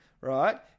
right